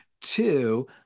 Two